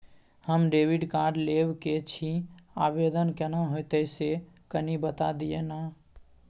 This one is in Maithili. हम डेबिट कार्ड लेब के छि, आवेदन केना होतै से कनी बता दिय न?